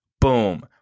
Boom